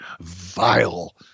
vile